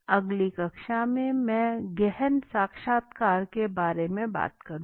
अगली कक्षा में मैं गहन साक्षात्कार के बारे में बताऊंगा